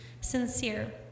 sincere